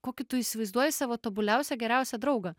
kokį tu įsivaizduoji savo tobuliausią geriausią draugą